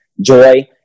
joy